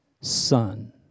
son